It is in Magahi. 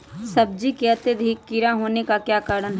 सब्जी में अत्यधिक कीड़ा होने का क्या कारण हैं?